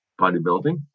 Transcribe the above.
bodybuilding